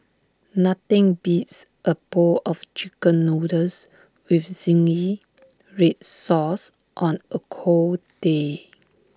nothing beats A bowl of Chicken Noodles with Zingy Red Sauce on A cold day